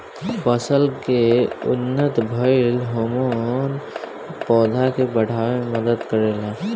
फसल में उत्पन्न भइल हार्मोन पौधा के बाढ़ावे में मदद करेला